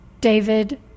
David